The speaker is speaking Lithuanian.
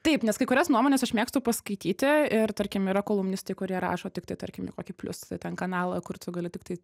taip nes kai kurias nuomones aš mėgstu paskaityti ir tarkim yra kolumnistai kurie rašo tik tai tarkim kokį plius ten kanalą kur tu gali tiktai